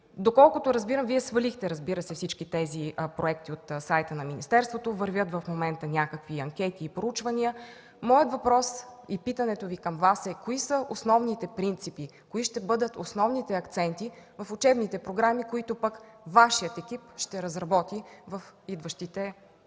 Доколкото разбирам, Вие свалихте, разбира се, всички тези проекти от сайта на министерството. Вървят в момента някакви анкети и проучвания. Моят въпрос и питането ми към Вас е: кои са основните принципи, кои ще бъдат основните акценти в учебните програми, които Вашият екип ще разработи в идващите месеци?